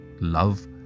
love